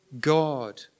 God